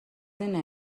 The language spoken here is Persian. این